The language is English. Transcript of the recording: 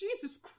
Jesus